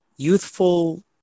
youthful